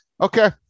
Okay